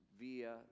via